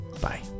Bye